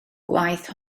gwaith